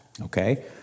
Okay